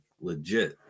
legit